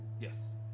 Yes